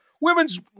Women's